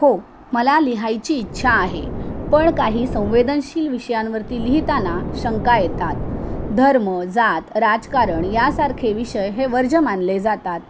हो मला लिहायची इच्छा आहे पण काही संवेदनशील विषयांवरती लिहिताना शंका येतात धर्म जात राजकारण यासारखे विषय हे वर्ज मानले जातात